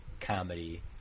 comedy